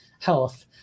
Health